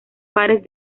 pares